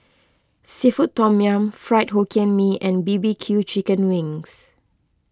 Seafood Tom Yum Fried Hokkien Mee and B B Q Chicken Wings